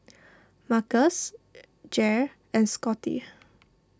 Marcus Jair and Scotty